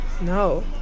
no